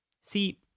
See